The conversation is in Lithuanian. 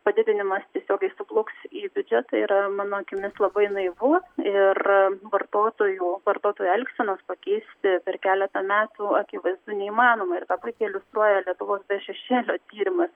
padidinimas tiesiogiai suplauks į biudžetą yra mano akimis labai naivu ir vartotojų vartotojų elgsenos pakeisti per keletą metų akivaizdu neįmanoma ir tą puikiai iliustruoja lietuvos be šešėlio tyrimas